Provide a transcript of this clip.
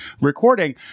recording